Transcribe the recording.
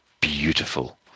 beautiful